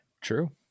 True